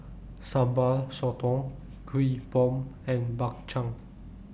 Sambal Sotong Kuih Bom and Bak Chang